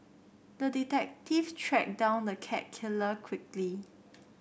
the detective tracked down the cat killer quickly